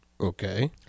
Okay